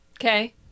okay